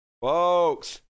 Folks